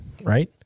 Right